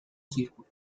círculo